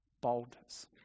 boldness